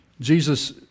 Jesus